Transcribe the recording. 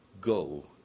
go